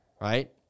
right